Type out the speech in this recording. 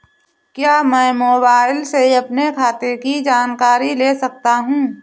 क्या मैं मोबाइल से अपने खाते की जानकारी ले सकता हूँ?